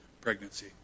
pregnancy